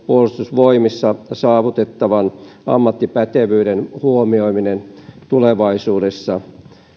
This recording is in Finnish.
puolustusvoimissa saavutettavan ammattipätevyyden huomioiminen tulevaisuudessa